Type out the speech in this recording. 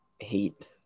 Hate